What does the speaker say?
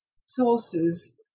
sources